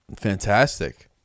Fantastic